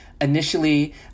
initially